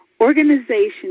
organization